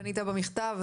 פנית במכתב,